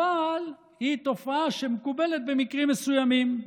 אבל היא תופעה שמקובלת במקרים מסוימים,